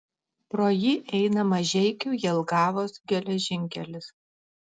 pro jį eina mažeikių jelgavos geležinkelis